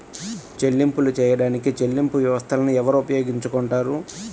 చెల్లింపులు చేయడానికి చెల్లింపు వ్యవస్థలను ఎవరు ఉపయోగించుకొంటారు?